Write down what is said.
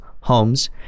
Holmes